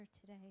today